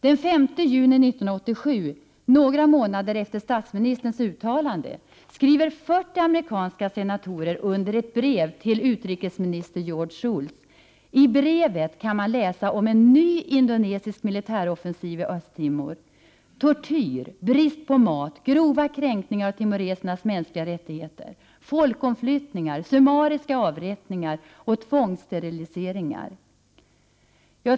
Den 5 juni 1987, några månader efter statsministerns uttalande, skriver 40 amerikanska senatorer under ett brev ställt till utrikesminister George Schultz. I brevet kan man läsa om en ny indonesisk militäroffensiv i Östtimor, om tortyr, brist på mat, grova kränkningar av timoresernas mänskliga rättigheter, folkomflyttningar, summariska avrättningar och tvångssteriliseringar.